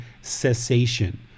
cessation